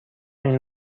این